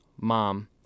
mom